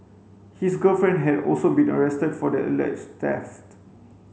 his girlfriend had also been arrested for the alleged theft